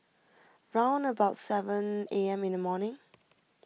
round about seven A M in the morning